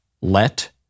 let